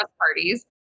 parties